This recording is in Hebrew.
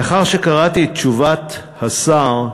לאחר שקראתי את תשובת השר,